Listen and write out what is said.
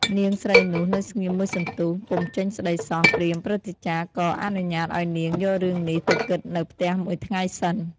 នាងស្រីនោះ នៅស្ងៀមមួយសន្ទុះ ពុំចេញស្តីសោះ ព្រាហ្មណ៍ព្រឹទ្ធាចារ្យ ក៏អនុញ្ញាតឲ្យនាងយករឿងនេះទៅគិតនៅផ្ទះមួយថ្ងៃសិន។